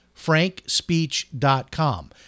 FrankSpeech.com